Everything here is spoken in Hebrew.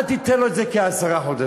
אל תיתן לו את זה כעשרה חודשים,